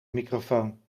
microfoon